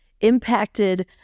impacted